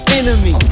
enemy